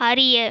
அறிய